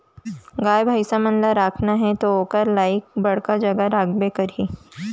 गाय भईंसी मन ल राखना हे त ओकर लाइक बड़का जघा लागबे करही